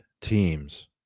teams